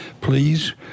please